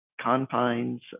confines